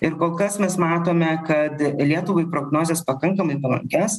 ir kol kas mes matome kad lietuvai prognozės pakankamai palankias